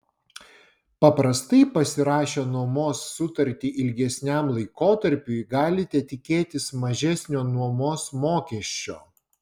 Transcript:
paprastai pasirašę nuomos sutartį ilgesniam laikotarpiui galite tikėtis mažesnio nuomos mokesčio